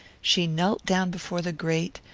she knelt down before the grate,